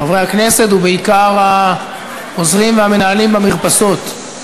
חברי הכנסת, בעיקר העוזרים והמנהלים במרפסות.